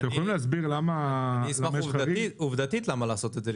למה עובדתית לעשות את זה?